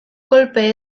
kolpe